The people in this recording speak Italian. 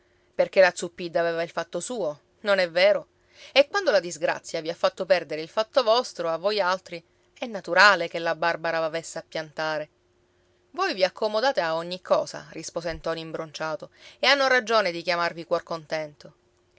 perché la zuppidda aveva il fatto suo non è vero e quando la disgrazia vi ha fatto perdere il fatto vostro a voi altri è naturale che la barbara v'avesse a piantare voi vi accomodate a ogni cosa rispose ntoni imbronciato e hanno ragione di chiamarvi cuor contento